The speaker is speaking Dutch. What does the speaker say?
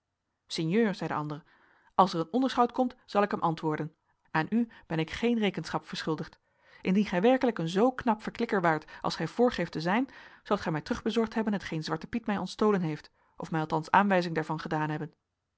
zei de ander als er een onderschout komt zal ik hem antwoorden aan u ben ik geen rekenschap verschuldigd indien gij werkelijk een zoo knap verklikker waart als gij voorgeeft te zijn zoudt gij mij terugbezorgd hebben hetgeen zwarte piet mij ontstolen heeft of mij althans aanwijzing daarvan gedaan hebben